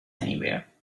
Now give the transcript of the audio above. anywhere